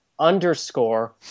underscore